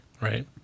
Right